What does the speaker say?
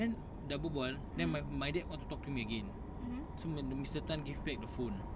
then dah berbual then my my dad want to talk to me again so my the mister tan give back the phone